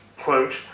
quote